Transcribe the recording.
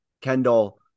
Kendall